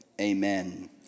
Amen